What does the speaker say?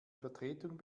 vertretung